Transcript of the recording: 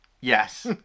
Yes